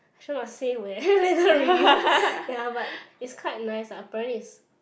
sure must say where later review ya but it's quite nice lah apparently is